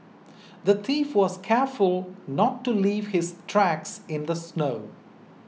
the thief was careful not to leave his tracks in the snow